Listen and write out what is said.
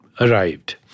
arrived